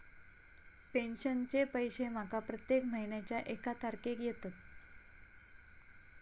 पेंशनचे पैशे माका प्रत्येक महिन्याच्या एक तारखेक येतत